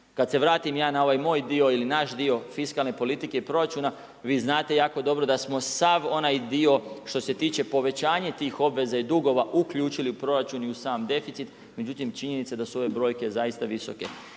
Kad se vratim ja na ovaj moj dio ili naš dio fiskalne politike i proračuna, vi znate jako dobro da smo sav onaj dio što se tiče povećanje tih obveza i dugova uključili u proračun i u sam deficit, međutim činjenica je da su ove brojke zaista visoke.